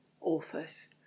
authors